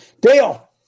Dale